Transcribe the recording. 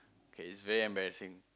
okay it's very embarrassing